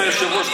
אדוני היושב-ראש,